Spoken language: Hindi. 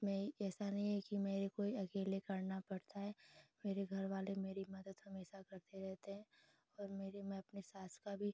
मैं ऐसा नहीं है कि मुझको ही अकेले करना पड़ता है मेरे घरवाले मेरी मदद हमेशा करते रहते हैं और मेरे मैं अपनी सास की भी